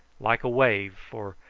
like a wave, for,